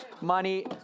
money